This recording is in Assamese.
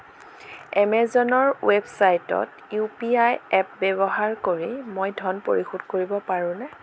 এমেজনৰ ৱেবছাইটত ইউ পি আই এপ ব্যৱহাৰ কৰি মই ধন পৰিশোধ কৰিব পাৰোঁনে